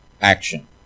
action